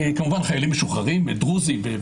כמובן חיילים משוחררים דרוזים.